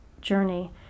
journey